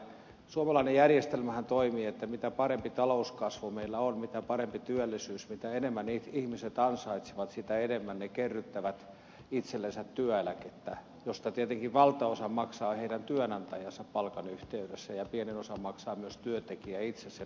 suomalainen järjestelmähän toimii siten että mitä parempi talouskasvu meillä on mitä parempi työllisyys mitä enemmän ihmiset ansaitsevat sitä enemmän he kerryttävät itsellensä työeläkettä josta tietenkin valtaosan maksaa heidän työnantajansa palkan yhteydessä ja pienen osan maksaa myös työntekijä itse sen uudistuksen jälkeen